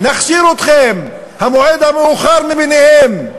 נכשיר אתכם, המועד המאוחר מביניהם.